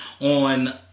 On